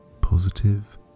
positive